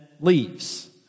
leaves